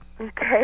Okay